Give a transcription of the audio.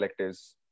collectives